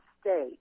state